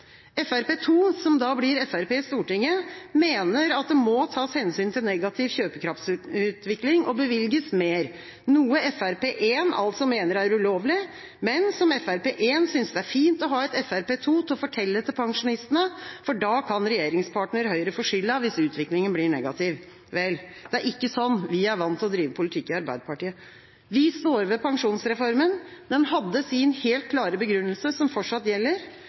Frp 2, som da blir Frp i Stortinget, mener at det må tas hensyn til negativ kjøpekraftsutvikling og bevilges mer, noe Frp 1 altså mener er ulovlig, men som Frp 1 synes det er fint å ha et Frp 2 til å fortelle til pensjonistene, for da kan regjeringspartner Høyre få skylda, hvis utviklinga blir negativ. Vel, det er ikke sånn vi er vant til å drive politikk i Arbeiderpartiet. Vi står ved pensjonsreformen. Den hadde sin helt klare begrunnelse som fortsatt gjelder.